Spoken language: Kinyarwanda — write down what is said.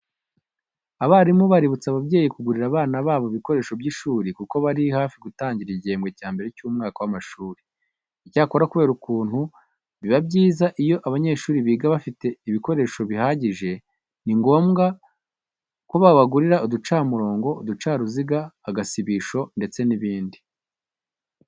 Abarimu baributsa ababyeyi kugurira abana babo ibikoresho by'ishuri kuko bari hafi gutangira igihembwe cya mbere cy'umwaka w'amashuri. Icyakora kubera ukuntu biba byiza iyo abanyeshuri biga bafite n'ibikoresho bihagije ni ngombwa ko bagurirwa uducamurongo, uducaruziga, agasibisho ndetse n'ibindi.